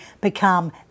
become